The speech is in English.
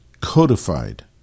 codified